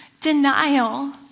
denial